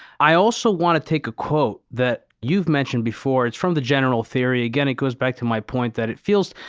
i also want to take a quote that you've mentioned before. it's from the general theory. again, it goes back to my point that it feels.